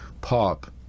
pop